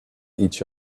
each